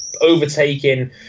overtaking